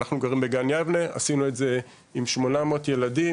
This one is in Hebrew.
אנחנו גרים בגן יבנה ועשינו את זה עם כ-800 ילדים,